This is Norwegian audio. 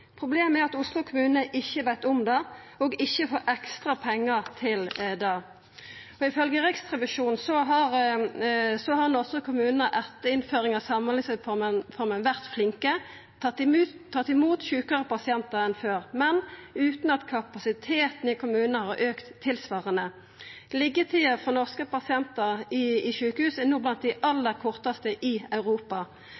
Problemet er at Oslo kommune ikkje veit om det og ikkje får ekstra pengar til det. Ifølgje Riksrevisjonen har norske kommunar etter innføringa av samhandlingsreforma vore flinke og tatt imot sjukare pasientar enn før, men utan at kapasiteten i kommunane har auka tilsvarande. Liggjetida for norske pasientar i sjukehus er no blant dei